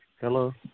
Hello